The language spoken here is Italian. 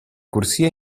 corsia